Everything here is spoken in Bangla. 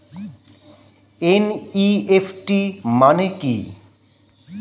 এন.ই.এফ.টি মানে কি?